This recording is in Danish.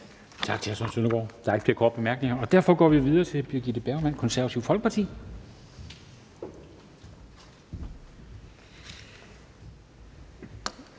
Tak til hr. Søren Søndergaard. Der er ikke flere korte bemærkninger. Derfor går vi videre til Birgitte Bergman, Det Konservative Folkeparti.